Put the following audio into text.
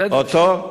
בסדר.